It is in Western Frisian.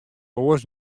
oars